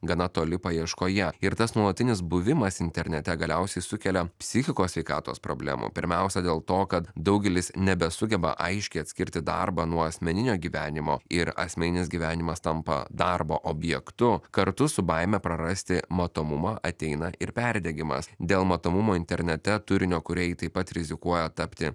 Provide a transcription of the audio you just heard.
gana toli paieškoje ir tas nuolatinis buvimas internete galiausiai sukelia psichikos sveikatos problemų pirmiausia dėl to kad daugelis nebesugeba aiškiai atskirti darbą nuo asmeninio gyvenimo ir asmeninis gyvenimas tampa darbo objektu kartu su baime prarasti matomumą ateina ir perdegimas dėl matomumo internete turinio kūrėjai taip pat rizikuoja tapti